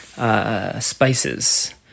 Spices